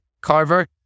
carver